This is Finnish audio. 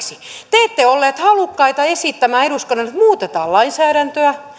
te ette olleet halukkaita esittämään eduskunnalle että muutetaan lainsäädäntöä